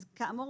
כאמור,